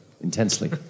Intensely